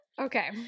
okay